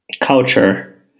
culture